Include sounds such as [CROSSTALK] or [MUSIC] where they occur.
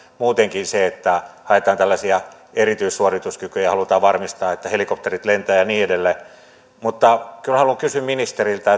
muutenkin se että haetaan tällaisia erityissuorituskykyjä ja halutaan varmistaa että helikopterit lentävät ja niin edelleen mutta kyllä minä haluan kysyä ministeriltä [UNINTELLIGIBLE]